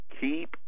keep